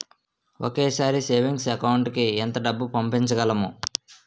ఒకేసారి savings account కి ఎంత డబ్బు పంపించగలము?